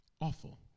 awful